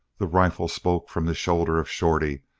the rifle spoke from the shoulder of shorty,